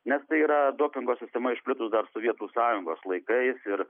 nes tai yra dopingo sistema išplitus dar sovietų sąjungos laikais ir